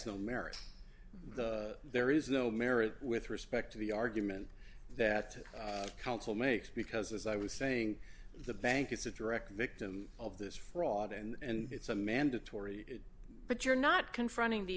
no merit there is no merit with respect to the argument that counsel makes because as i was saying the bank it's a direct victim of this fraud and it's a mandatory but you're not confronting the